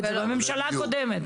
הממשלה הקודמת.